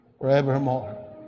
forevermore